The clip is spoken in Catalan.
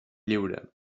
lliure